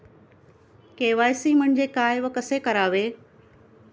KYC म्हणजे काय व कसे करावे?